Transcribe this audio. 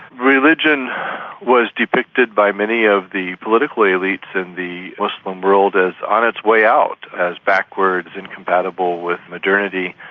religion was depicted by many of the political elites in the muslim world as on its way out, as backwards, incompatible with modernity,